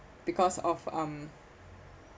because of um